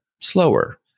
slower